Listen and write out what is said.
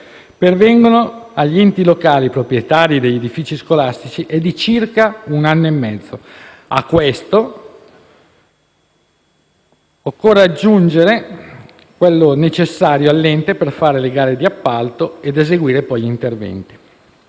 pervengono agli enti locali proprietari degli edifici scolastici è di circa un anno e mezzo; a questo, occorre aggiungere quello necessario all'ente per espletare le gare di appalto ed eseguire poi gli interventi.